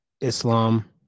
Islam